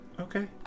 Okay